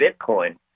Bitcoin